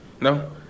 No